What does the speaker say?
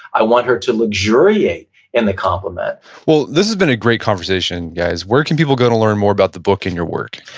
i want her to luxuriate in the compliment well this has been a great conversation, guys. where can people go to learn more about the book and your work?